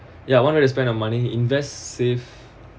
ya wanted to spend on money invest safe